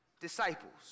disciples